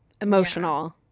emotional